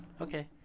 Okay